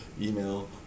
email